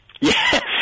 Yes